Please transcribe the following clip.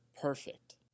perfect